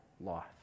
life